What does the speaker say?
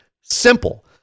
simple